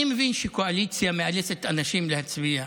אני מבין שקואליציה מאלצת אנשים להצביע,